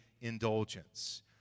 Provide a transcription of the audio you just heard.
indulgence